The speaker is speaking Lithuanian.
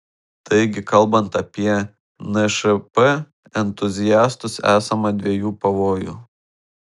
taigi kalbant apie nšp entuziastus esama dviejų pavojų